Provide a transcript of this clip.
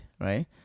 right